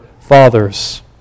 fathers